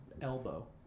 elbow